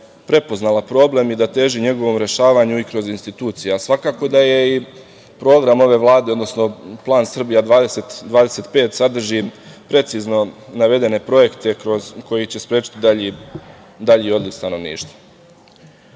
prepoznala problem i da teži njegovom rešavanju i kroz institucije, a svakako da i program ove Vlade, odnosno plan Srbija 20-25 sadrži precizni navedene projekte koji će sprečiti dalji odliv